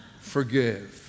forgive